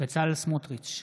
בצלאל סמוטריץ'